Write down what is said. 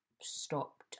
stopped